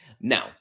Now